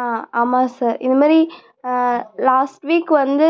ஆ ஆமாம் சார் இந்தமாதிரி last week வந்து